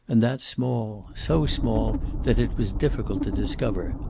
and that small, so small that it was difficult to discover.